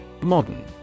Modern